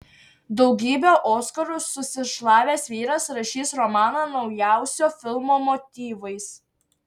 daugybę oskarų susišlavęs vyras rašys romaną naujausio filmo motyvais